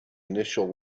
initial